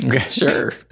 Sure